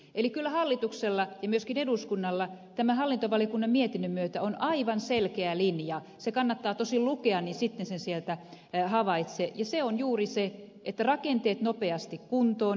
eli kyllä hallituksella ja myöskin eduskunnalla tämän hallintovaliokunnan mietinnön myötä on aivan selkeä linja se kannattaa tosin lukea sitten sen sieltä havaitsee ja se on juuri se että rakenteet nopeasti kuntoon